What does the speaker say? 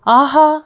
ஆஹா